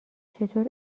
چطور